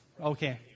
Okay